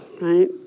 right